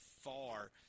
far